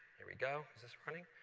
here we go. is this running?